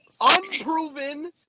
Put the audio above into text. unproven